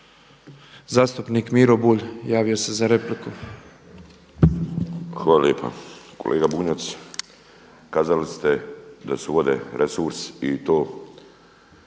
Zastupnik Miro Bulj javio se za repliku. **Bulj, Miro (MOST)** Hvala lijepa. Kolega Bunjac, kazali ste da su vode resurs i to